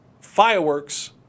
fireworks